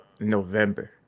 november